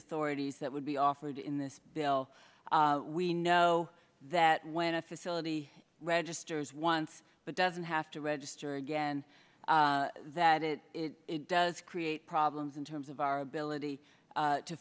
authorities that would be offered in this bill we know that when a facility registers once but doesn't have to register again that it does create problems in terms of our ability